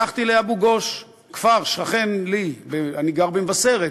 הלכתי לאבו-גוש, כפר שכן לי, אני גר במבשרת,